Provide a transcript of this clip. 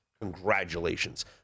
congratulations